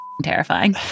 Terrifying